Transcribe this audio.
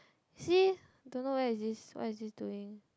see don't know where is this what is this doing